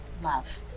love